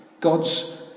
God's